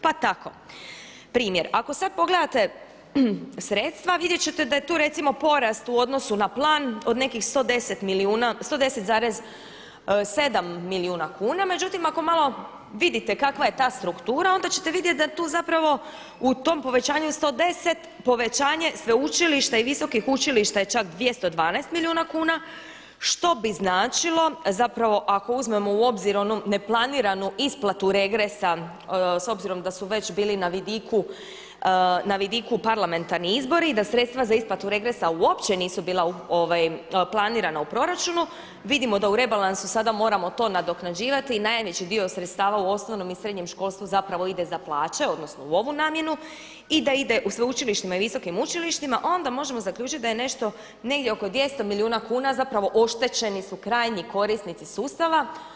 Pa tako primjer ako sada pogledate sredstva vidjeti ćete da je tu recimo porast u odnosu na plan od nekih 110 milijuna, 110,7 milijuna kuna, međutim ako malo vidite kakva je ta struktura onda ćete vidjeti da tu zapravo, u tom povećanju 110 povećanje sveučilišta i visokih učilišta je čak 212 milijuna kuna što bi značilo zapravo ako uzmemo u obzir onu neplaniranu isplatu regresa s obzirom da su već bili na vidiku parlamentarni izbori i da sredstva za isplatu regresa u opće nisu bila planirana u proračunu, vidimo da u rebalansu sada moramo to nadoknađivati i najniži dio sredstava u osnovnom i srednjem školstvu zapravo ide za plaće odnosno u ovu namjenu i da ide u sveučilištima i visokim učilištima, onda možemo zaključiti da je nešto negdje oko 200 milijuna kuna zapravo oštećeni su krajnji korisnici sustava.